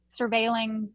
surveilling